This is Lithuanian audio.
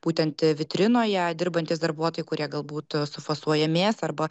būtent vitrinoje dirbantys darbuotojai kurie galbūt sufasuoja mėsą arba